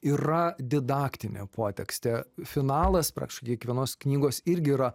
yra didaktinė potekstė finalas praktiškai kiekvienos knygos irgi yra